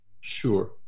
Sure